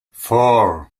four